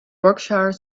berkshire